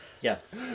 yes